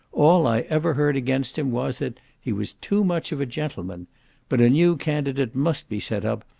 all i ever heard against him was, that he was too much of a gentleman but a new candidate must be set up,